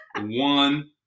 One